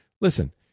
listen